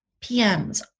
PMs